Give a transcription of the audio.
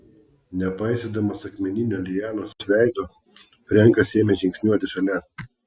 nepaisydamas akmeninio lianos veido frenkas ėmė žingsniuoti šalia